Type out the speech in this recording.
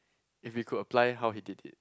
if he could apply how he did it